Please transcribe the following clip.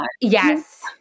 Yes